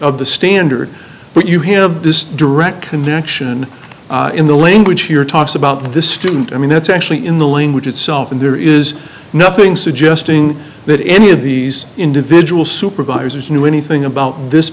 of the standard but you have this direct connection in the language here talks about the student i mean that's actually in the language itself and there is nothing suggesting that any of these individual supervisors knew anything about this